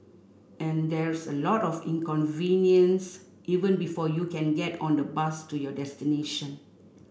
and there's a lot of inconvenience even before you can get on the bus to your destination